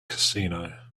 casino